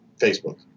Facebook